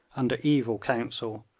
under evil counsel,